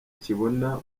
kibona